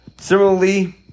Similarly